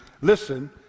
Listen